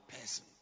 person